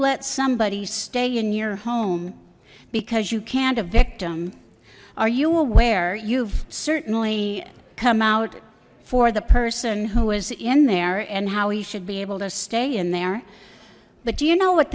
let somebody stay in your home because you can't a victim are you aware you've certainly come out for the person who is in there and how he should be able to stay in there but do you know what